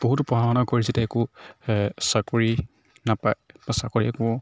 বহুতো পঢ়া শুনা কৰি যেতিয়া একো চাকৰি নাপায় বা চাকৰি একো